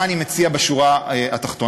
מה אני מציע בשורה התחתונה?